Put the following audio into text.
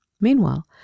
Meanwhile